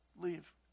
leave